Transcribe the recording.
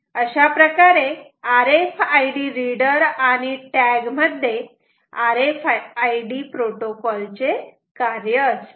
अशाप्रकारे R F I D reader आणि tag मध्ये R F I D protocol चे कार्य असते